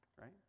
right